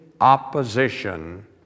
opposition